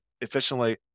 efficiently